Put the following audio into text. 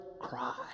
cry